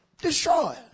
destroy